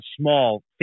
small